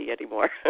anymore